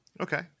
Okay